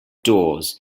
doors